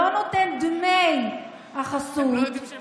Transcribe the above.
לא נותן דמי החסות,